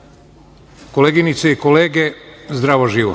NATO.Koleginice i kolege, zdravo živo.